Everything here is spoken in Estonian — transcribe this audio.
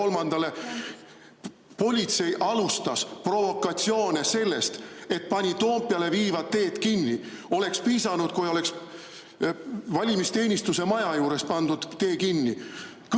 kolmandale. Politsei alustas provokatsioone sellega, et pani Toompeale viivad teed kinni. Oleks piisanud, kui oleks valimisteenistuse maja juures pandud tee kinni.